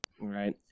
Right